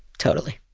totally.